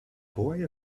boy